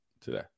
today